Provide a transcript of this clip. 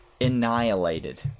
annihilated